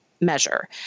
measure